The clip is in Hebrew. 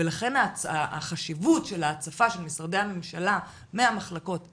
לכן החשיבות של ההצפה של משרדי הממשלה מהמחלקות למעלה,